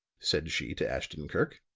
said she to ashton-kirk,